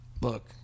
Look